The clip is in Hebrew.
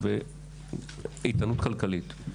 ואיתנות כלכלית.